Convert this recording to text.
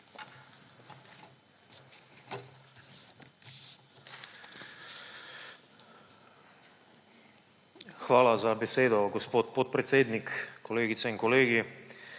Hvala lepa, gospod podpredsednik. Kolegice in kolegi!